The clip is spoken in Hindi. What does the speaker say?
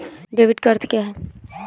डेबिट का अर्थ क्या है?